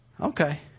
Okay